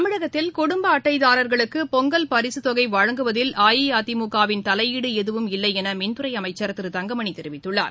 தமிழகத்தில் குடும்ப அட்டைதாரர்களுக்கு பொங்கல் பரிசுத் தொகை வழங்குவதில் அஇஅதிமுகவின் தலையீடு எதுவும் இல்லை என மின்துறை அமைச்சர் திரு தங்கமணி தெரிவித்துள்ளார்